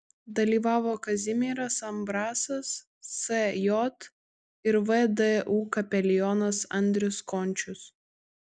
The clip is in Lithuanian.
dalyvavo kazimieras ambrasas sj ir vdu kapelionas andrius končius